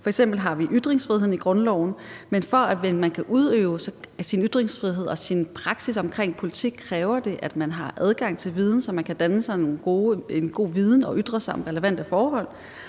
F.eks. har vi ytringsfriheden i grundloven, men for at man kan udøve sin ytringsfrihed og sin praksis omkring politik, kræver det, at man har adgang til viden, så man kan danne sig en god viden og ytre sig om relevante forhold.